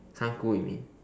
三姑 you mean